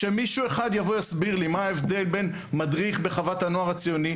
שמישהו אחד יבוא יסביר לי מה ההבדל בין מדריך בחוות הנוער הציוני,